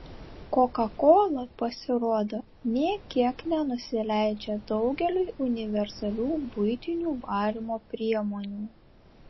kokakola pasirodo nė kiek nenusileidžia daugeliui universalių buitinių valymo priemonių